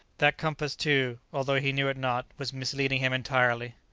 that compass, too, although he knew it not, was misleading him entirely!